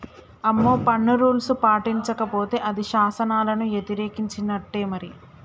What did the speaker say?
అమ్మో పన్ను రూల్స్ పాటించకపోతే అది శాసనాలను యతిరేకించినట్టే మరి